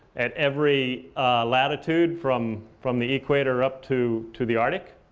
at every latitude from from the equator up to to the arctic.